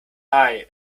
eye